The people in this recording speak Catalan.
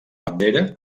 bandera